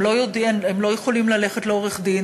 הם לא יכולים ללכת לעורך-דין,